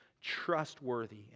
trustworthy